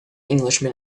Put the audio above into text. englishman